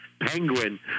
Penguin